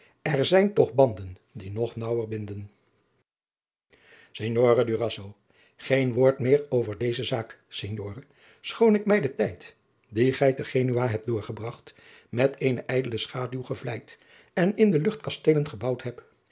er zijn toch banden die nog naauwer binden signore durazzo geen woord meer over deze zaak signore schoon ik mij den tijd dien gij te genua hebt doorgebragt met eene ijdele schaduw gevleid en in de lucht kasteelen gebouwd heb